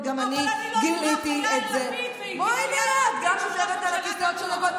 אני אגן על הלהט"בים ונתניהו יגן על הלהט"בים.